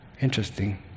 Interesting